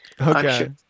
Okay